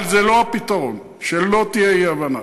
אבל זה לא הפתרון, שלא תהיה אי-הבנה,